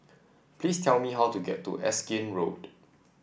please tell me how to get to Erskine Road